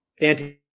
anti